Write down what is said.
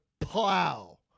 plow